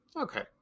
okay